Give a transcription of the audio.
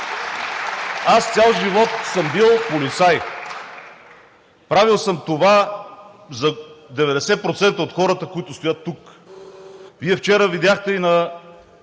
Аз цял живот съм бил полицай. Правил съм това за 90% от хората, които стоят тук. Вие вчера видяхте и пред